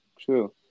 True